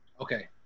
Okay